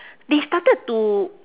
they started to